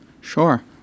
Sure